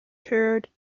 toured